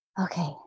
Okay